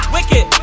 Wicked